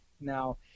Now